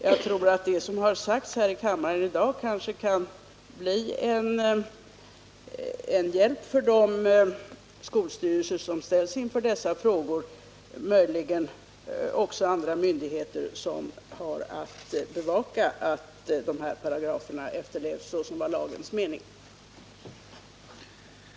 Jag tror att det som sagts här i kammaren i dag kan bli en hjälp för de skolstyrelser som ställs inför dessa frågor och möjligen också för andra myndigheter, som har att bevaka att de här paragraferna efterlevs såsom lagens mening är.